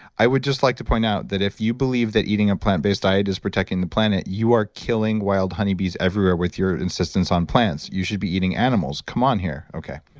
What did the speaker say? i would just like to point out that if you believe that eating a plant-based diet is protecting the planet, you are killing wild honeybees everywhere with your insistence on plants. you should be eating animals come on here. okay,